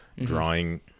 drawing